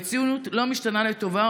המציאות לא משתנה לטובה,